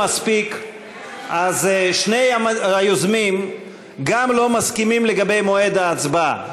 אז שני היוזמים גם לא מסכימים לגבי מועד ההצבעה.